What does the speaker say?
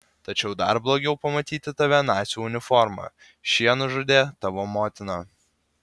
tačiau dar blogiau pamatyti tave nacių uniforma šie nužudė tavo motiną